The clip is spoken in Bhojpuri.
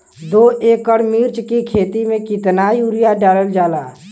दो एकड़ मिर्च की खेती में कितना यूरिया डालल जाला?